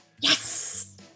Yes